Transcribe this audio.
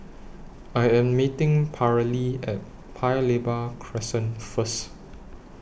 I Am meeting Paralee At Paya Lebar Crescent First